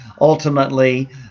ultimately